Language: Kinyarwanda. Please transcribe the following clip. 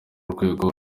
rwego